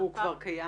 הוא כבר קיים?